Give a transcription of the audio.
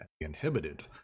inhibited